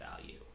value